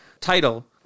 title